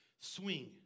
Swing